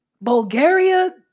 Bulgaria